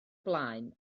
blaen